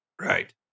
Right